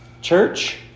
Church